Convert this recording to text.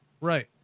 Right